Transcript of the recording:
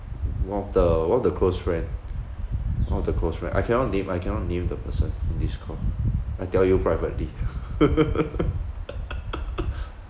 one of the one of the close friend one of the close friend I cannot name I cannot name the person in this call I tell you privately